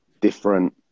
Different